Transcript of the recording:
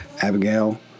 Abigail